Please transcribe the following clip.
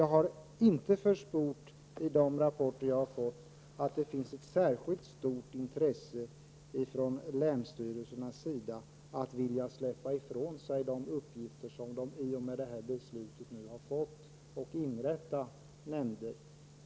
Det har inte försports i de rapporter som jag har fått, att det finns ett särskilt stort intresse ifrån länsstyrelsernas sida att vilja släppa ifrån sig de uppgifter som de i och med detta beslut blivit ålagda, nämligen att inrätta nämnder.